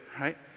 Right